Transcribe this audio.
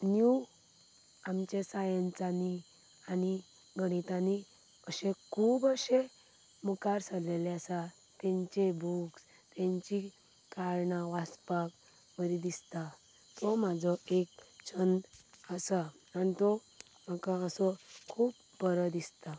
new आमचें सायन्सांनी आनी गणितांनी अशें खूब अशें मुखार सरलेले आसा तांचे बुक्स तांची कारणां वाचपाक बरीं दिसतां तो म्हजो एक छंद आसा आनी तो म्हाका असो खूब बरो दिसता